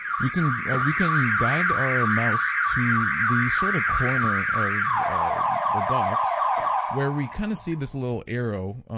we can we can guide our mouse to the sort of corner of the box where we kind of see this little arrow?